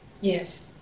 Yes